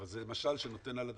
אבל זה משל שנותן על הדוגמה,